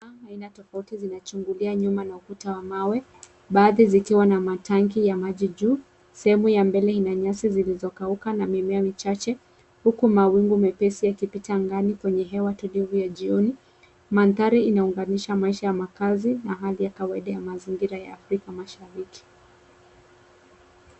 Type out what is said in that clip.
Anga za aina tofauti zinachungulia nyuma na ukuta wa mawe baadhi zikiwa na matanki ya maji juu. Sehemu ya mbele ina nyasi zilizokauka na mimea michache huku mawingu mepesi yakipita angani kwenye hewa kidogo ya jioni. Mandhari inaunganisha maisha ya makazi na hali ya kawaida ya mazingira ya afrika mashariki.